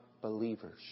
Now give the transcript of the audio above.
believers